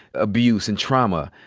abuse and trauma.